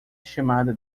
chamada